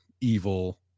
Evil